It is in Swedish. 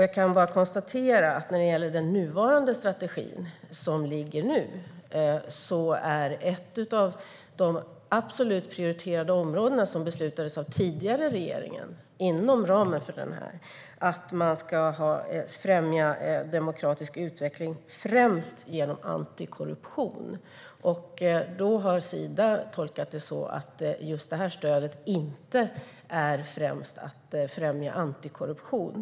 Jag kan bara konstatera att i fråga om den nuvarande strategin är ett av de absolut prioriterade områdena som beslutades av den tidigare regeringen att främja demokratisk utveckling främst genom antikorruption. Sida har tolkat det så att just det stödet inte främst är fråga om att främja antikorruption.